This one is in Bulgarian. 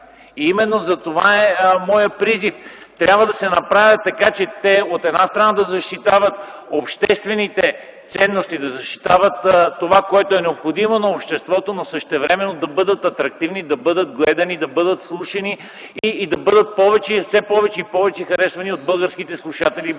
Именно затова е моят призив – трябва да се направи така, че те от една страна да защитават обществените ценности, да защитават онова, което е необходимо на обществото, но същевременно да бъдат атрактивни, да бъдат гледани, да бъдат слушани, да бъдат все повече и повече харесвани от българските слушатели и българските